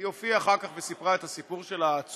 היא הופיעה אחר כך וסיפרה את הסיפור שלה, העצוב,